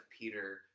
Peter